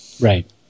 right